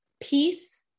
peace